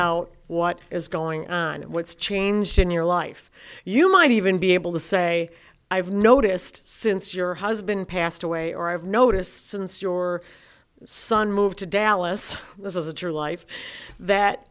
out what is going on and what's changed in your life you might even be able to say i've noticed since your husband passed away or i've noticed since your son moved to dallas this isn't your life that